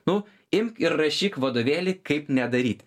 nu imk ir rašyk vadovėlį kaip nedaryt